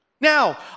Now